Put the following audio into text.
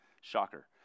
Shocker